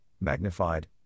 magnified